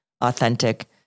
authentic